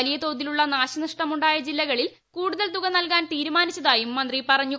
വലിയ തോതിലുളള നാശനഷ്ടം ഉണ്ടായ ജില്ലകളിൽ കൂടുതൽ തുക നൽകാൻ തീരുമാനിച്ചതായും മന്ത്രി പറഞ്ഞു